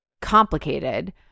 complicated